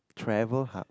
travel hub